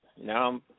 Now